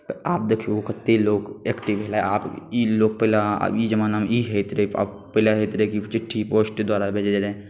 तऽ आब देखियौ कतेक लोक एक्टिव भेलए आब ई लोक पहिले आब ई जमानामे ई होइत रहै आब पहिले ई होइत रहै कि चिट्ठी पोस्टके द्वारा भेजै रहै